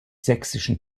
sächsischen